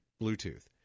Bluetooth